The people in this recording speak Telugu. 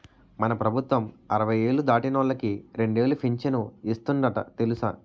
మన ప్రభుత్వం అరవై ఏళ్ళు దాటినోళ్ళకి రెండేలు పింఛను ఇస్తందట తెలుసా